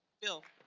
bill.